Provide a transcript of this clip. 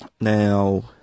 Now